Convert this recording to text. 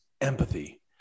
empathy